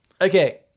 Okay